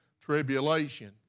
tribulation